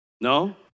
No